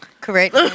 Correct